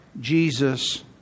Jesus